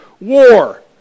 war